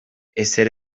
ezer